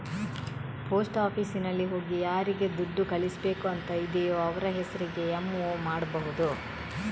post ಆಫೀಸಿನಲ್ಲಿ ಹೋಗಿ ಯಾರಿಗೆ ದುಡ್ಡು ಕಳಿಸ್ಬೇಕು ಅಂತ ಇದೆಯೋ ಅವ್ರ ಹೆಸರಿಗೆ ಎಂ.ಒ ಮಾಡ್ಬಹುದು